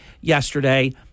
yesterday